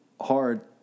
hard